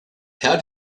how